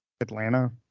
Atlanta